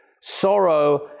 sorrow